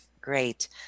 Great